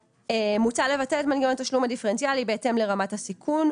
"מוצע לבטל את מנגנון התשלום הדיפרנציאלי בהתאם לרמת הסיכון,